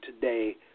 today